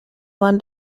run